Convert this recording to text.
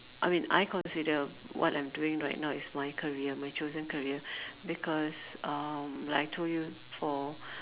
I mean I consider what I'm doing right now is my career my chosen career because um like I told you for